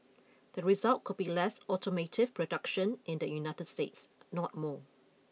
the result could be less automotive production in the United States not more